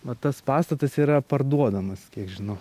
va tas pastatas yra parduodamas kiek žinau